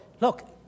look